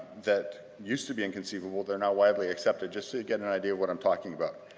that used to be inconceivable that are now widely accepted, just so you get an idea of what i'm talking about.